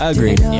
Agreed